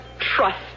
Trust